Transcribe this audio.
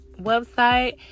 website